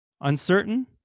uncertain